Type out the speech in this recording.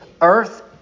Earth